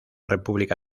república